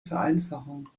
vereinfachung